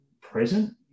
present